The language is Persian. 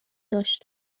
داشت